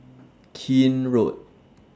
Keene Road